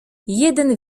jeden